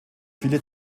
viele